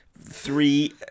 three